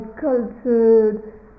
cultured